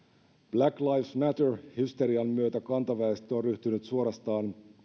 black lives matter hysterian myötä kantaväestö on ryhtynyt suorastaan